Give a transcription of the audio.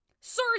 Sir